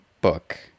book